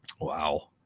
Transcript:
Wow